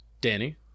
Danny